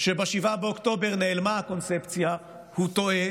שב-7 באוקטובר נעלמה הקונספציה, הוא טועה.